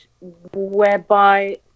whereby